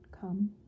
come